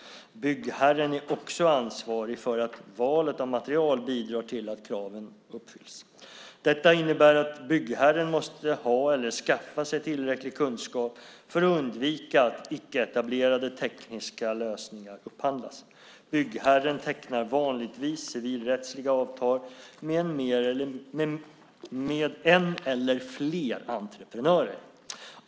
Byggherren är också ansvarig för att valet av material bidrar till att kraven uppfylls. Detta innebär att byggherren måste ha eller skaffa sig tillräcklig kunskap för att undvika att icke-etablerade tekniska lösningar upphandlas. Byggherren tecknar vanligtvis civilrättsliga avtal med en eller flera entreprenörer.